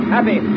Happy